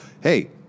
hey